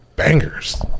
bangers